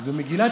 אז במגילת